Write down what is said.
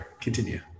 Continue